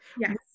Yes